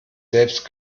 selbst